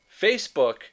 Facebook